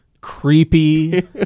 Creepy